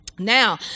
Now